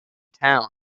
town